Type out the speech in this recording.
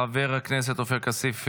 חבר הכנסת עופר כסיף,